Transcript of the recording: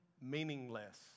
Meaningless